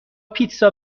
پیتزا